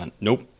nope